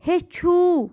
ہیٚچھوٗ